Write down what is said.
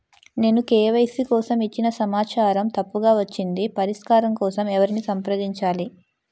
నేను కే.వై.సీ కోసం ఇచ్చిన సమాచారం తప్పుగా వచ్చింది పరిష్కారం కోసం ఎవరిని సంప్రదించాలి?